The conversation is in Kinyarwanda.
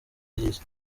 ry’isi